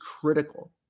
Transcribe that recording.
critical